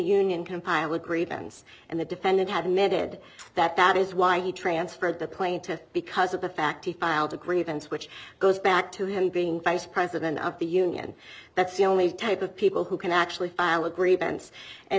union compile agreed ends and the defendant have netted that that is why he transferred the plaintiff because of the fact he filed a grievance which goes back to him being vice president of the union that's the only type of people who can actually file a grievance and